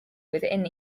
within